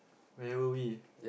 where were we